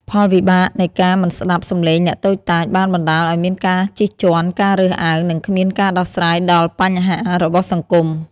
ផលវិបាកនៃការមិនស្តាប់សំឡេងអ្នកតូចតាច បានបណ្ដាលឲ្យមានការជិះជាន់ ការរើសអើង និងគ្មានការដោះស្រាយដល់បញ្ហារបស់សង្គម។